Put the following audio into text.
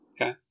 Okay